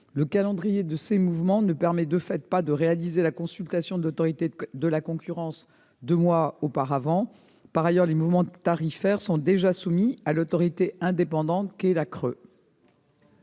Le calendrier de ces mouvements ne permet pas, de fait, de réaliser la consultation de l'Autorité de la concurrence deux mois auparavant. Par ailleurs, les mouvements tarifaires sont déjà soumis à l'autorité indépendante qu'est la CRE.